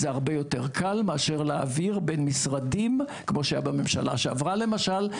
זה הרבה יותר קל מאשר להעביר בין משרדים כמו שהיה בממשלה שעברה למשל,